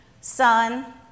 sun